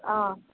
ஆ